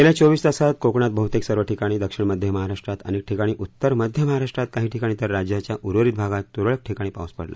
गेल्या चोवीस तासांत कोकणात बह्तेक सर्व ठिकाणी दक्षिण मध्य महाराष्ट्रात अनेक ठिकाणी उत्तर मध्य महाराष्ट्रात काही ठिकाणी तर राज्याच्या उर्वरित भागात तुरळक ठिकाणी पाऊस पडला